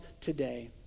today